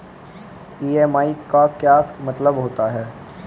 EMI का क्या मतलब होता है?